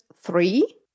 three